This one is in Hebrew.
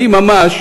אני ממש